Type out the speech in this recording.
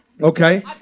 Okay